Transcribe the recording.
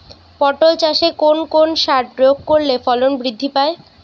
পটল চাষে কোন কোন সার প্রয়োগ করলে ফলন বৃদ্ধি পায়?